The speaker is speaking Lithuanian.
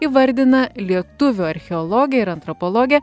įvardina lietuvių archeologę ir antropologę